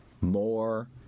more